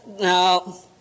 no